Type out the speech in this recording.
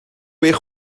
eich